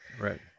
Right